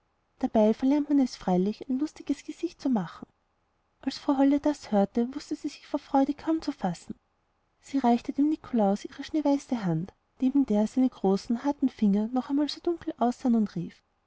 dabei verlernt man es freilich ein lustiges gesicht zu machen als frau holle das hörte wußte sie sich vor freude kaum zu lassen sie reichte dem nikolaus ihre schneeweiße hand neben der seine großen harten finger noch einmal so dunkel aussahen und rief